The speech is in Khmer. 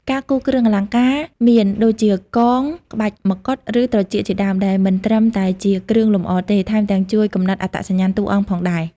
ការគូរគ្រឿងអលង្ការមាន ដូចជាកង ក្បាច់ម្កុដ ឬត្រចៀកជាដើម ដែលមិនត្រឹមតែជាគ្រឿងលម្អទេ ថែមទាំងជួយកំណត់អត្តសញ្ញាណតួអង្គផងដែរ។